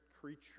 creature